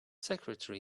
secretary